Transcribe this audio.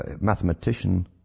mathematician